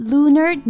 Lunar